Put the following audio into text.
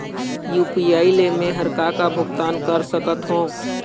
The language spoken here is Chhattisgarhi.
यू.पी.आई ले मे हर का का भुगतान कर सकत हो?